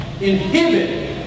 inhibit